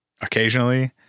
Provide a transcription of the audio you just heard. occasionally